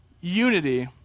unity